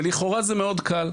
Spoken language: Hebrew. ולכאורה זה מאוד קל.